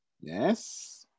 Yes